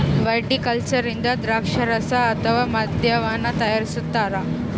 viticulture ಇಂದ ದ್ರಾಕ್ಷಾರಸ ಅಥವಾ ಮದ್ಯವನ್ನು ತಯಾರಿಸ್ತಾರ